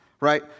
right